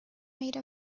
made